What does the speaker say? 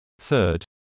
Third